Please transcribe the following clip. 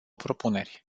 propuneri